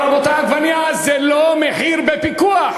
אבל, רבותי, מחיר העגבנייה זה לא מחיר בפיקוח.